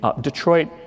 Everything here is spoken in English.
Detroit